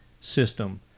system